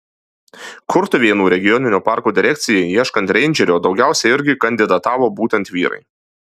kurtuvėnų regioninio parko direkcijai ieškant reindžerio daugiausiai irgi kandidatavo būtent vyrai